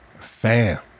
Fam